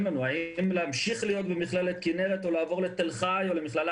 לנו האם להמשיך להיות במכללת כנרת או לעבור לתל חי או למכללה